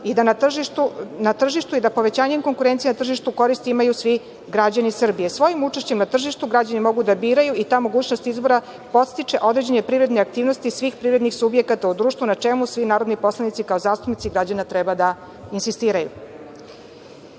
subjekata i da povećanjem konkurencije na tržištu koristi imaju svi građani Srbije. Svojim učešćem na tržištu građani mogu da biraju i ta mogućnost izbora podstiče određene privredne aktivnosti svih privrednih subjekata u društvu, na čemu svi narodni poslanici kao zastupnici građana treba da insistiraju. Izneto